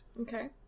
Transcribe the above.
Okay